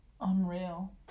unreal